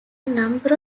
number